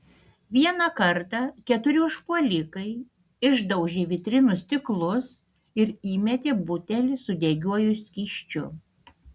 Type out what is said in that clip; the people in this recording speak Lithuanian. vieną kartą keturi užpuolikai išdaužė vitrinų stiklus ir įmetė butelį su degiuoju skysčiu